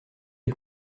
les